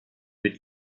mit